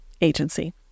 agency